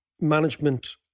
management